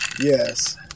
Yes